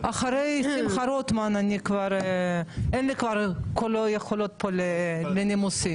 אחרי שמחה רוטמן אין לי כבר יכולות פה לנימוסים.